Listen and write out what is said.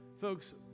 Folks